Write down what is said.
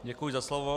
Děkuji za slovo.